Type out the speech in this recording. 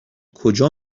کجا